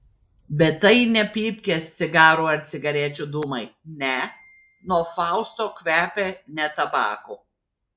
bet tai ne pypkės cigarų ar cigarečių dūmai ne nuo fausto kvepia ne tabaku